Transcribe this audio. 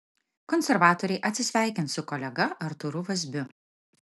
konservatoriai atsisveikins su kolega artūru vazbiu